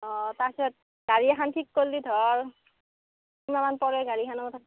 অ' পাছত গাড়ী এখন ঠিক কৰিলে ধৰ কিমানমান পৰে গাড়ীখনত